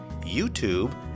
YouTube